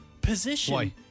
position